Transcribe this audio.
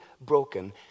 broken